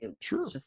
Sure